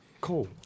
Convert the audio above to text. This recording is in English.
Cool